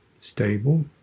stable